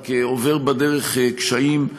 רק עובר בדרך קשיים,